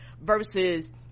Versus